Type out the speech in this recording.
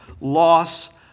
loss